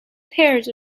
pairs